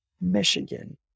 Michigan